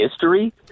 history